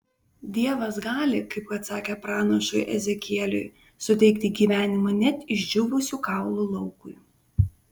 dievas gali kaip kad sakė pranašui ezekieliui suteikti gyvenimą net išdžiūvusių kaulų laukui